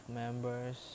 members